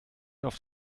auf